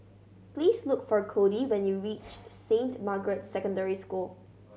please look for Codey when you reach Saint Margaret Secondary School